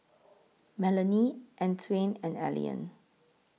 Melany Antwain and Allean